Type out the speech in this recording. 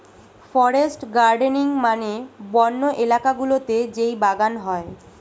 forest gardening মানে বন্য এলাকা গুলোতে যেই বাগান হয়